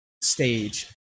stage